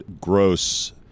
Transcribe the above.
gross